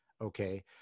okay